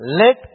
let